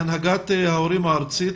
מהנהגת ההורים הארצית,